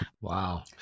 Wow